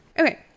Okay